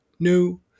new